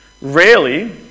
Rarely